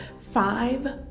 Five